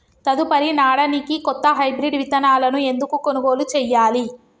తదుపరి నాడనికి కొత్త హైబ్రిడ్ విత్తనాలను ఎందుకు కొనుగోలు చెయ్యాలి?